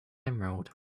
emerald